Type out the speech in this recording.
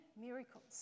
miracles